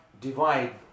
divide